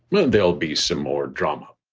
well, there'll be some more drama